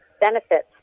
benefits